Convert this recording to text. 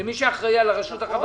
למי שאחראי על רשות החברות.